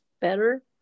better